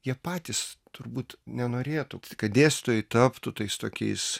jie patys turbūt nenorėtų kad dėstytojai taptų tais tokiais